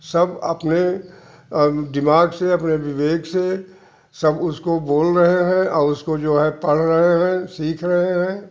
सब अपने अब दिमाग से अपने विवेक से सब उसको बोल रहे हैं और उसको जो है पढ़ रहे हैं सीख रहे हैं